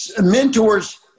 Mentors